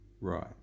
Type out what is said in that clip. Right